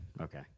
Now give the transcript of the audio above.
Okay